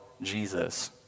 Jesus